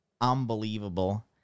unbelievable